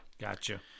Gotcha